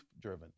driven